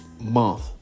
month